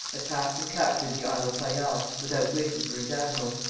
attacked and captured the isle of fayal without waiting for his admiral.